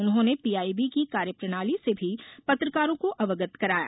उन्होंने पीआईबी की कार्यप्रणाली से भी पत्रकारों को अवगत कराया